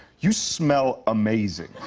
you smell amazing.